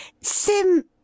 Sim